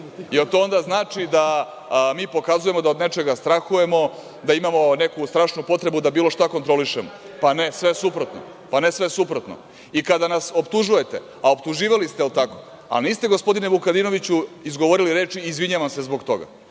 Da li to onda znači da mi pokazujemo da od nečega strahujemo, da imamo neku strašnu potrebu da bilo šta kontrolišemo? Ne, sve suprotno. Kada nas optužujete, a optuživali ste, jel tako, a niste, gospodine Vukadinoviću, izgovorili reči – izvinjavam se zbog toga,